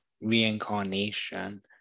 reincarnation